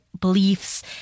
beliefs